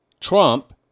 Trump